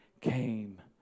came